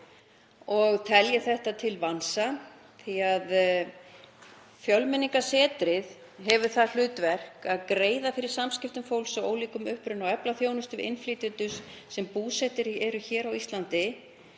og telji það til vansa því að Fjölmenningarsetrið hefur það hlutverk að greiða fyrir samskiptum fólks af ólíkum uppruna og efla þjónustu við innflytjendur sem búsettir eru hér á Íslandi.